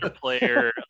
player